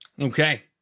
Okay